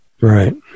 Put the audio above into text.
right